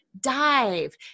dive